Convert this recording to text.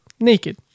naked